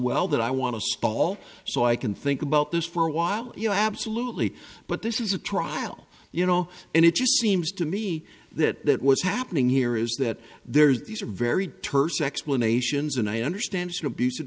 well that i want to spall so i can think about this for a while you know absolutely but this is a trial you know and it just seems to me that what's happening here is that there's these are very terse explanations and i understand abus